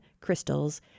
crystals